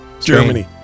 Germany